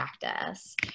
practice